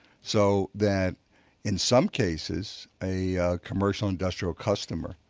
so that in some cases a commercial industrial customer